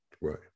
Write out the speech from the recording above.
Right